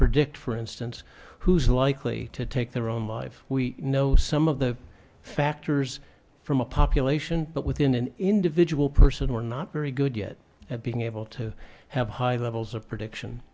predict for instance who's likely to take their own life we know some of the factors from a population but within an individual person we're not very good yet at being able to have high levels of prediction